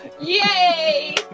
Yay